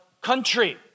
country